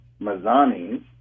mazani